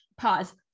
Pause